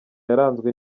yaranzwe